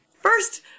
first